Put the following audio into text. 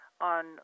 on